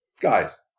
guys